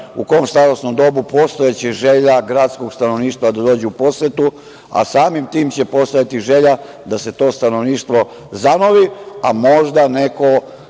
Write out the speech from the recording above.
u kom starosnom dobu postojećih želja gradskog stanovništva da dođu u posetu, a samim tim će postojati želja da se to stanovništvo zanovi. Možda neko